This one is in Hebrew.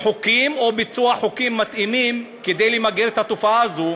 חוקים וביצוע חוקים מתאימים כדי למגר את התופעה הזאת.